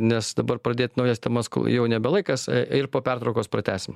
nes dabar pradėt naujas temas jau nebe laikas ir po pertraukos pratęsim